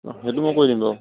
অঁ সেইটো মই কৰি দিম বাৰু